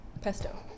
pesto